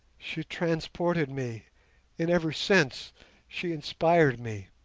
she transported me in every sense she inspired me.